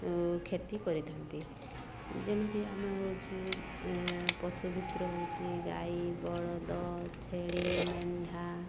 କ୍ଷତି କରିଥାନ୍ତି ଯେମିତି ଆମେ ହେଉଛୁ ପଶୁ ଭିତର ହେଉଛି ଗାଈ ବଳଦ ଛେଳି ମେଣ୍ଢା